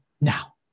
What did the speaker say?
Now